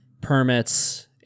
permits